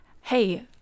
hey